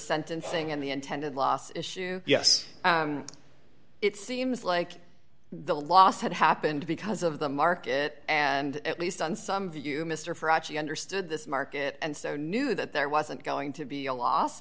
sentencing and the intended loss issue yes it seems like the loss had happened because of the market and at least on some view mr for actually understood this market and so knew that there wasn't going to be a